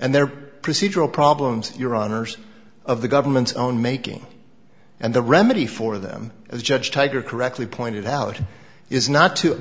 and they're procedural problems your honour's of the government's own making and the remedy for them as judge tiger correctly pointed out is not to